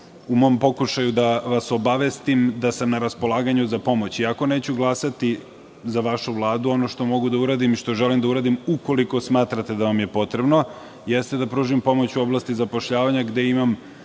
u mom pokušaju da vas obavestim, da sam na raspolaganju za pomoć. Iako neću glasati za vašu Vladu, ono što mogu da uradim i što želim da uradim, ukoliko smatrate da vam je potrebno, jeste da pružim pomoć u oblasti zapošljavanja, gde imam,